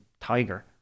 Tiger